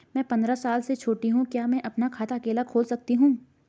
मैं पंद्रह साल से छोटी हूँ क्या मैं अपना खाता अकेला खोल सकती हूँ?